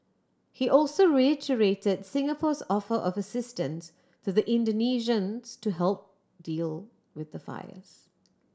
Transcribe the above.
he also reiterate Singapore's offer of assistance to the Indonesians to help deal with the fires